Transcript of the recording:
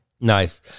Nice